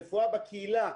רפואה בקהילה,